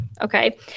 okay